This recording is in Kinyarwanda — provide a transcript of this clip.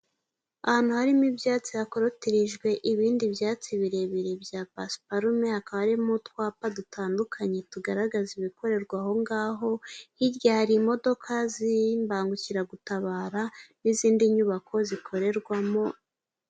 Ahantu harimo ibyatsi hakotirijwe ibindi byatsi birebire bya pasparume, hakaba harimo utwapa dutandukanye tugaragaza ibikorerwa aho ngaho, hirya hari imodoka z'imbangukiragutabara n'izindi nyubako zikorerwamo.